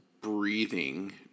breathing